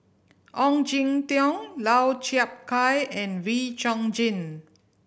Ong Jin Teong Lau Chiap Khai and Wee Chong Jin